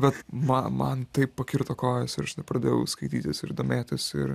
bet man man taip pakirto kojas ir aš tada pradėjau skaitytis ir domėtis ir